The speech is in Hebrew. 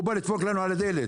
הוא בא לדפוק לנו על הדלת.